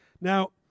Now